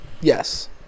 Yes